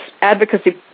Advocacy